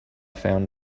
found